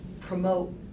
promote